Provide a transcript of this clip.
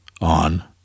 on